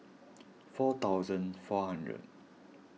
four thousand four hundred